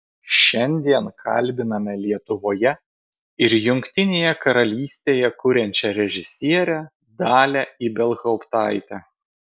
šiandien kalbiname lietuvoje ir jungtinėje karalystėje kuriančią režisierę dalią ibelhauptaitę